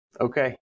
Okay